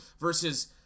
versus